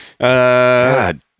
God